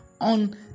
on